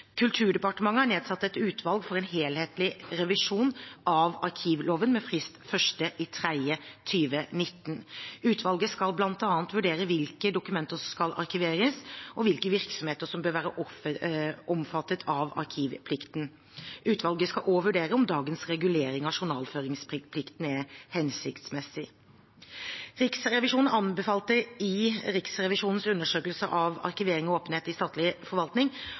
Kulturdepartementet har nedsatt et utvalg for en helhetlig revisjon av arkivloven, med frist 1. mars 2019. Utvalget skal bl.a. vurdere hvilke dokumenter som skal arkiveres, og hvilke virksomheter som bør være omfattet av arkivplikten. Utvalget skal også vurdere om dagens regulering av journalføringsplikten er hensiktsmessig. Riksrevisjonen anbefalte i sin undersøkelse av arkivering og åpenhet i statlig forvaltning